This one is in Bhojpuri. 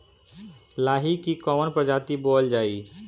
लाही की कवन प्रजाति बोअल जाई?